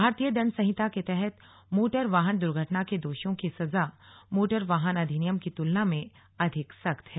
भारतीय दंड संहिता के तहत मोटर वाहन दुर्घटना के दोषियों की सजा मोटर वाहन अधिनियम की तुलना में अधिक सख्त है